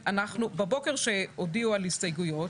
ולכן אנחנו נפעל לעניין ההסתייגויות,